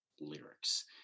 lyrics